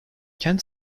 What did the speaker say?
kent